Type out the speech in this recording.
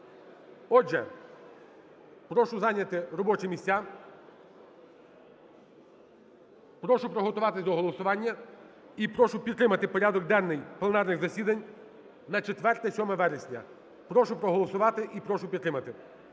Отже, прошу зайняти робочі місця, прошу приготуватися до голосування і прошу підтримати порядок денний пленарних засідань на 4-7 вересня. Прошу проголосувати і прошу підтримати.